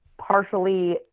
partially